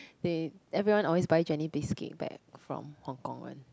they everyone also buy jenny biscuit back from Hong-Kong one